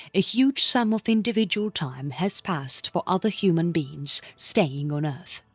a huge sum of individual time has passed for other human beings staying on earth.